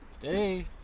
Today